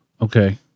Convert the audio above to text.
Okay